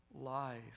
life